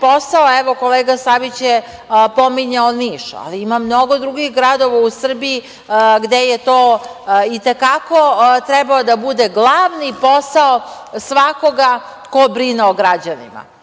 Evo, kolega Savić je pominjao Niš, ali ima mnogo drugih gradova u Srbiji gde je to i te kako trebao da bude glavni posao svakoga ko brine o građanima.